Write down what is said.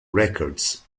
records